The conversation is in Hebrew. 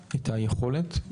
את היכולת.